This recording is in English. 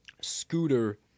Scooter